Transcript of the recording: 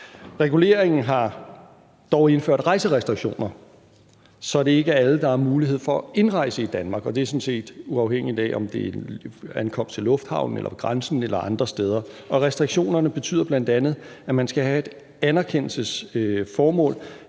Reguleringen har dog medført indrejserestriktioner, så det ikke er alle, der har mulighed for indrejse i Danmark, og det er sådan set uafhængigt af, om det er ankomst til lufthavnen eller grænsen eller andre steder. Restriktionerne betyder bl.a., at man skal have et anerkendelsesværdigt